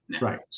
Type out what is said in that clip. right